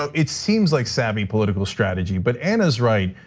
it seems like savvy political strategy. but anna's right,